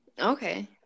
Okay